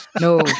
no